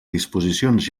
disposicions